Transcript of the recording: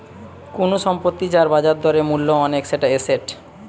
কুনু সম্পত্তি যার বাজার দরে মূল্য অনেক সেটা এসেট